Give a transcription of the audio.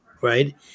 right